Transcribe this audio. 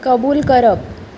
कबूल करप